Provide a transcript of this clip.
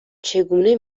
چگونه